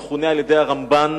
שמכונה על-ידי הרמב"ן